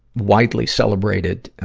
widely celebrated, ah,